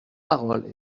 parole